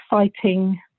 exciting